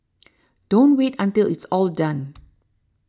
don't wait until it's all done